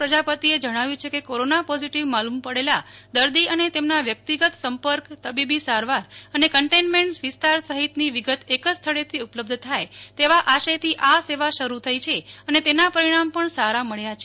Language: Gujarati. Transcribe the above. પ્રજાપતિ એ જણાવ્યું છે કે કોરોના પોઝીટીવ માલૂ મ પડેલા દર્દી અને તેમના વ્યાકતીગત સંપર્ક તબીબી સારવાર અને કન્ટેનમેન્ટ વિસ્તાર સહિત ની વિગત એક જ સ્થળે થી ઉપલબ્ધ થાય તેવા આશય થી આ સેવા શરૂ થઈ છે અને તેના પરિણામ પણ સારા મબ્યા છે